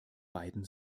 beiden